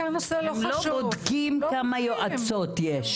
הם לא בודקים כמה יועצות יש.